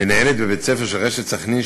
מנהלת בבית-ספר של רשת "סח'נין",